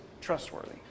trustworthy